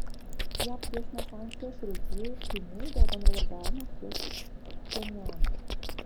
jav griežtina sankcijas rusijai ir kinijai dėl bendradarbiavimo su pchenjanu